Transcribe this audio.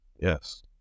yes